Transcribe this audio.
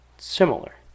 Similar